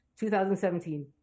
2017